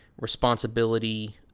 responsibility